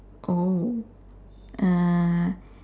oh uh